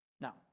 Now